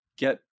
get